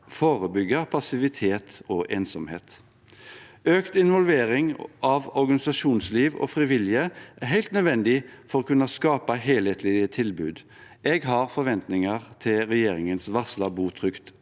forebygge passivitet og ensomhet. Økt involvering av organisasjonsliv og frivillige er helt nødvendig for å kunne skape helhetlige tilbud. Jeg har forventninger til regjeringens varslede bo trygt